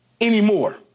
anymore